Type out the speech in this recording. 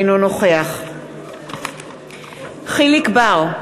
אינו נוכח יחיאל חיליק בר,